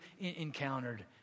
encountered